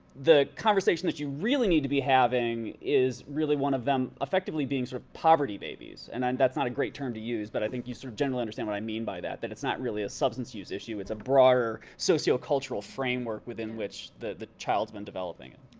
the conversation that you really need to be having is really one of them effectively being sort of poverty babies. and and that's not a great term to use, but i think you sort of generally understand what i mean by that that it's not really a substance use issue, it's a broader socio-cultural framework within which the the child's been developing. and